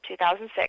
2006